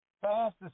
fastest